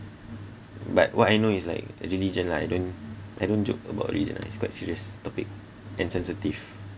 but what I know is like religion lah I don't I don't joke about religion lah it's quite serious topic and sensitive